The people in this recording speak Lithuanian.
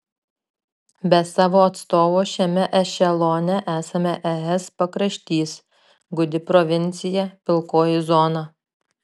be savo atstovo šiame ešelone esame es pakraštys gūdi provincija pilkoji zona